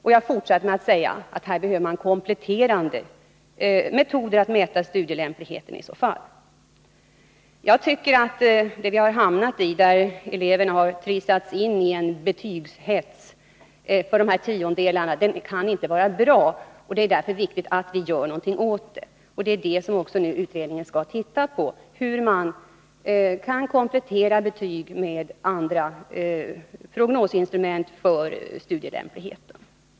Jag fortsatte med att säga att det behövs kompletterande metoder för att mäta studielämpligheten. Den situation vi har hamnat i, där eleverna råkat in i en betygshets som handlar om tiondels poäng, kan inte vara bra. Det är därför viktigt att vi gör någonting åt den. Utredningen skall nu undersöka hur man kan komplettera betygen med andra prognosinstrument för att bedöma studielämpligheten.